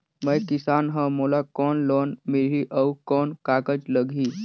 मैं किसान हव मोला कौन लोन मिलही? अउ कौन कागज लगही?